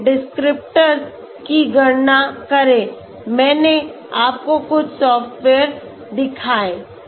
फिर डिस्क्रिप्टर्स की गणना करें मैंने आपको कुछ सॉफ्टवेअर दिखाए